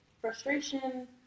frustration